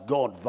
God